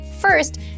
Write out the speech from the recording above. First